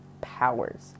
powers